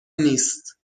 نیست